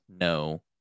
No